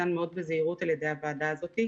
ברגע שניתן לו אור ירוק כזה על ידי הוועדה הזאת,